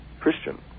Christian